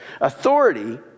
Authority